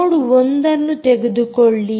ನೋಡ್ 1 ಅನ್ನು ತೆಗೆದುಕೊಳ್ಳಿ